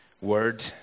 word